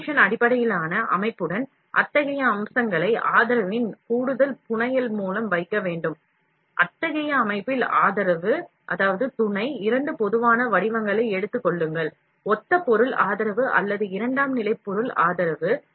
extrusion அடிப்படையிலான அமைப்புடன் அத்தகைய அம்சங்களை ஆதரவின் கூடுதல் புனையல் மூலம் வைக்க வேண்டும் இரண்டு பொதுவான வடிவங்களை எடுத்துக் கொள்ளுங்கள் ஒத்த பொருள் ஆதரவு அல்லது இரண்டாம் நிலை பொருள் ஆதரவு